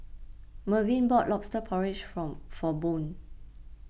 Mervin bought Lobster Porridge form for Boone